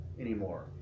anymore